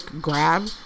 grab